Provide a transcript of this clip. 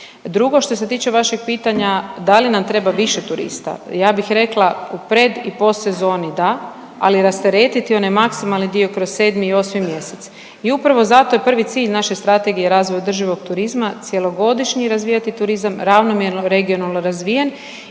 Drugo što se tiče vašeg pitanja, da li nam treba više turista. Ja bih rekla u pred i post sezoni da, ali rasteretiti onaj maksimalni dio kroz 7. i 8. mjesec i upravo zato je prvi cilj naše Strategije razvoja održivog turizma cjelogodišnji razvijati turizam, ravnomjerno i regionalno razvijen